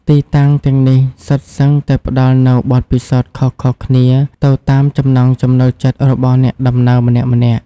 ទីតាំងទាំងនេះសុទ្ធសឹងតែផ្តល់នូវបទពិសោធន៍ខុសៗគ្នាទៅតាមចំណង់ចំណូលចិត្តរបស់អ្នកដំណើរម្នាក់ៗ។